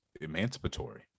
emancipatory